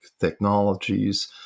technologies